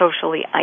socially